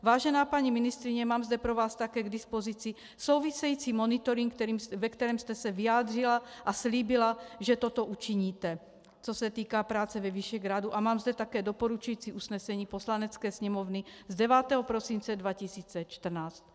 Vážená paní ministryně, mám zde pro vás také k dispozici související monitoring, ve kterém jste se vyjádřila a slíbila, že toto učiníte, co se týká práce ve Visegrádu, a mám zde také doporučující usnesení Poslanecké sněmovny z 9. prosince 2014.